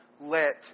let